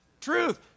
truth